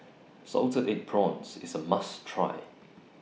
Salted Egg Prawns IS A must Try